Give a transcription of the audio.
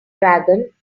dragon